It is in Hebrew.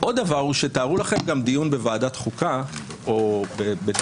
עוד דבר הוא שתארו לכם גם דיון בוועדת החוקה או בדיון